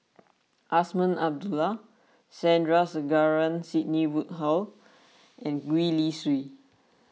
Azman Abdullah Sandrasegaran Sidney Woodhull and Gwee Li Sui